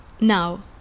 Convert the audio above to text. Now